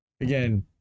again